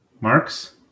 Mark's